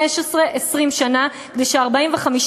15 20 שנה עד ש-45,000,